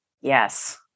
Yes